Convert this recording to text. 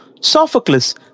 Sophocles